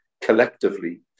collectively